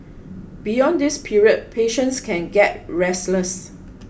beyond this period patients can get restless